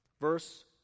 verse